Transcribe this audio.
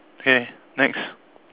okay next